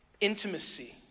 intimacy